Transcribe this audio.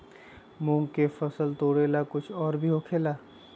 मूंग के फसल तोरेला कुछ और भी होखेला?